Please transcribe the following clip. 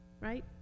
right